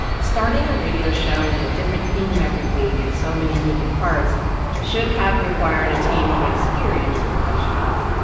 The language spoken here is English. starting a radio show with a different theme every week and so many moving parts should have required a team of experienced professionals.